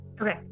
Okay